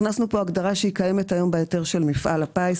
הכנסנו פה הגדרה שהיא קיימת היום בהיתר של מפעל הפיס.